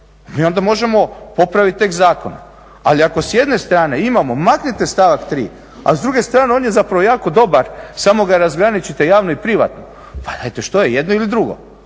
Mi onda možemo popraviti tek zakon. Ali ako s jedne strane imamo maknite stavak 3. a s druge strane on je zapravo jako dobar samo ga razgraničite javno i privatno, pa dajte što je jedno ili drugo?